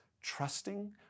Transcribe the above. trusting